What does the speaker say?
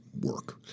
work